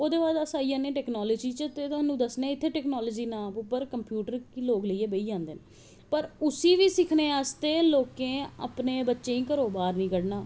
ओह्दे बाद अस आई जन्नें टैकनॉलजी पर ते में तुसेंगी दसनी इत्थें टैकनॉलजी नां पर कंप्यूटर लोग लेईयै बेही जंदे न पर उसी सिक्खनें आस्ते बी लोकें अपनें बच्चें गी घरों बाह्र नी कड्ढना